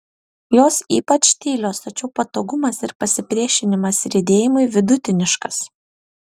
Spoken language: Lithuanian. jos ypač tylios tačiau patogumas ir pasipriešinimas riedėjimui vidutiniškas